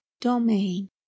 domain